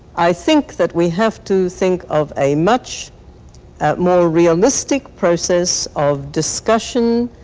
i think that we have to think of a much more realistic process of discussion,